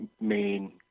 main